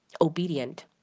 obedient